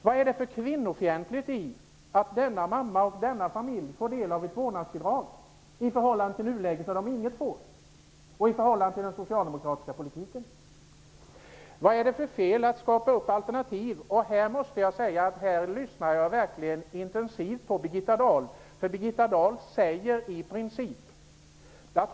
Vad är det för kvinnofientligt i att mamman och familjen får ett vårdnadsbidrag jämfört med förhållandet i nuläget, när de ingenting får, och jämfört med den socialdemokratiska politiken? Vad är det för fel i att skapa alternativ? Jag lyssnade på den punkten verkligen intensivt på Birgitta Dahl, som använde uttrycket ''i princip''.